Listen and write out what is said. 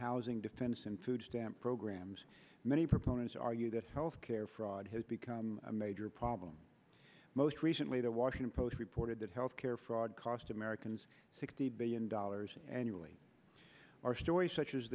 housing defense and food stamp programs many proponents argue that health care fraud has become a major problem most recently the washington post reported that health care fraud cost americans sixty billion dollars annually are stories such as